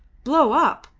blow up!